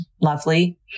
lovely